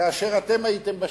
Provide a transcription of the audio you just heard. כאשר אתם הייתם בשלטון,